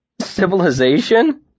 Civilization